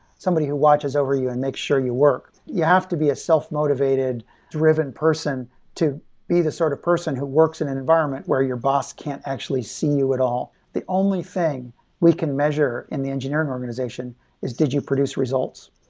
somebody who watches over you and make sure you work. you have to be a self-motivated driven person to be the sort of person who works in an environment where your boss can't actually see you at all. the only thing we can measure in the engineering organization is did you produce results?